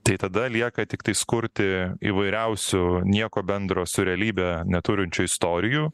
tai tada lieka tiktais kurti įvairiausių nieko bendro su realybe neturinčių istorijų